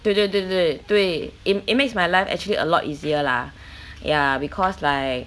对对对对对 it it makes my life actually a lot easier lah ya because like